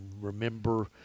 remember